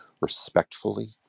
respectfully